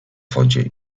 wodzie